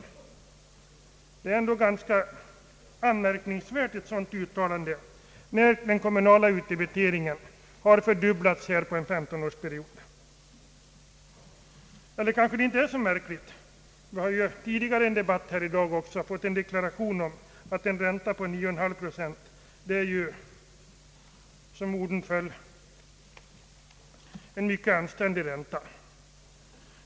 Ett sådant uttalande är ändå ganska anmärkningsvärt, när den kommunala utdebiteringen har fördubblats under en 15-årsperiod — ja, det är kanske inte så märkligt; vi har ju i en debatt tidigare i dag fått den märkliga deklaration att en ränta på 9,5 procent är, som orden föll, »en mycket anständig ränta».